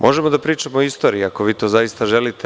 Možemo da pričamo o istoriji, ako vi to zaista želite.